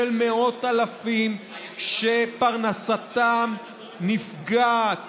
של מאות אלפים שפרנסתם נפגעת